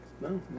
No